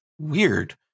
Weird